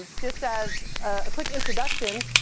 ah just as a quick introduction,